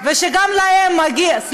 וגם להם מגיע, מה עם הזמן?